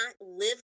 live